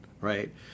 right